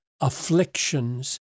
afflictions